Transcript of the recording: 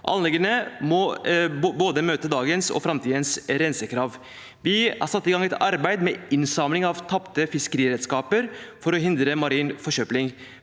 Anleggene må møte både dagens og framtidens rensekrav. – Vi har satt i gang et arbeid med innsamling av tapte fiskeriredskaper for å hindre marin forsøpling.